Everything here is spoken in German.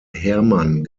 hermann